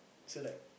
so like